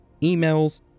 emails